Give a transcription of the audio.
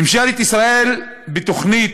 ממשלת ישראל, בתוכנית